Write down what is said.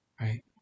Right